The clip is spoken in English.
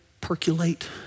percolate